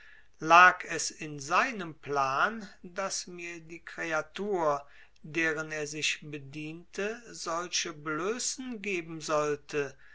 lag es in seinem plan daß mir die kreatur deren er sich bediente solche blößen geben sollte